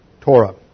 Torah